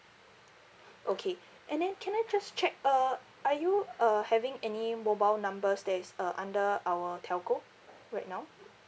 okay and then can I just check uh are you uh having any mobile numbers that is uh under our telco right now